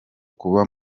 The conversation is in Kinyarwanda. kuba